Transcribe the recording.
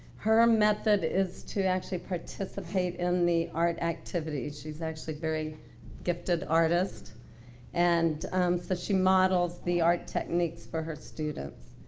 her method is to actually participate in the art activity. she's actually very gifted artist and so she models the art techniques for her students.